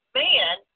man